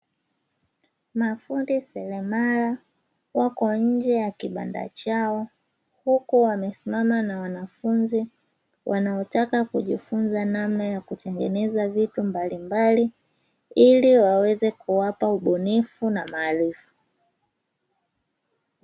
Mafundi seremala wako nje ya kibanda chao huku wamesimama na wanafunzi wanaotaka kujifunza namna ya kutengeneza vitu mbalimbali ili waweze kuwapa ubunifu na maarifa.